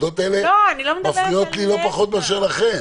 הנקודות האלה מפריעות לי לא פחות מאשר לכם.